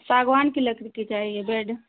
ساگوان کی لکڑی کی چاہیے بیڈ